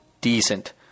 decent